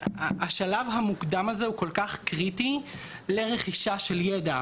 השלב המוקדם הזה הוא כל כך קריטי לרכישה של ידע,